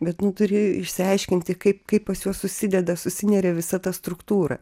bet nu turėjau išsiaiškinti kaip kaip pas juos susideda susineria visa ta struktūra